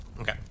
Okay